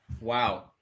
Wow